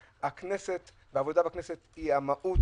העבודה בכנסת היא המהות,